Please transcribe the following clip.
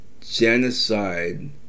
Genocide